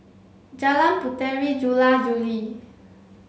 Jalan Puteri Jula Juli